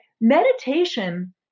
meditation